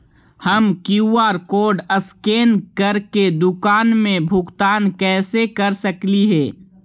हम QR code scan करके दुकान में भुगतान कैसे कर सकली हे?